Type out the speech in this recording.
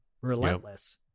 relentless